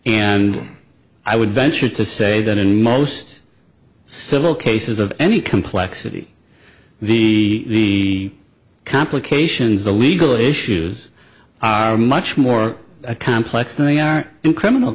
and i would venture to say that in most civil cases of any complexity the complications the legal issues are much more complex than they are in criminal